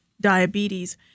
diabetes